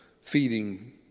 feeding